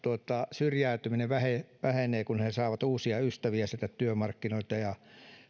syrjäytyminen vähenee vähenee kun he he saavat uusia ystäviä sieltä työmarkkinoilta ja